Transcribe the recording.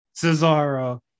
Cesaro